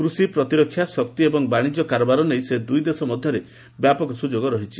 କୃଷି ପ୍ରତିରକ୍ଷା ଶକ୍ତି ଏବଂ ବାଣିଜ୍ୟ କାରବାର ନେଇ ଦୁଇ ଦେଶ ମଧ୍ୟରେ ବ୍ୟାପକ ସୁଯୋଗ ରହିଛି